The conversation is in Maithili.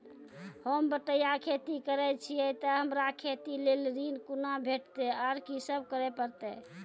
होम बटैया खेती करै छियै तऽ हमरा खेती लेल ऋण कुना भेंटते, आर कि सब करें परतै?